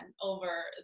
over